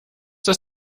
das